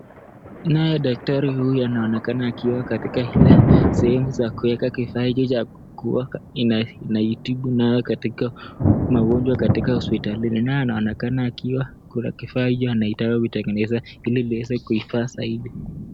Naye daktari huyu anaonekana akiwa katika ile sehemu za kuweka kifaa hicho cha kuoka. Inatibu nao katika magonjwa katika hospitalini. Naye anaonekana akiwa kile kifaa hicho anajaribu kukitengeneza ili liweze kuwa safi zaidi.